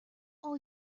all